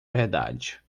verdade